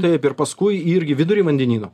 taip ir paskui irgi vidury vandenyno